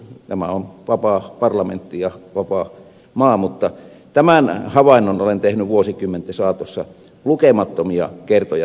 tämä on vapaa parlamentti ja vapaa maa mutta tämän havainnon olen tehnyt vuosikymmenten saatossa lukemattomia kertoja